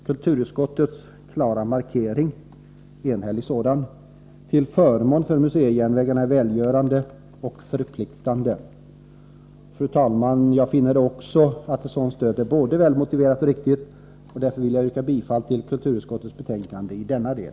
Kulturutskottets klara och enhälliga markering till förmån för museijärnvägarna är välgörande och förpliktande. Fru talman! Jag finner att ett sådant stöd är både välmotiverat och riktigt, och därför vill jag yrka bifall till kulturutskottets hemställan i denna del.